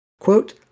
quote